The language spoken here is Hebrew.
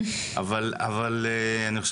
אחד הדברים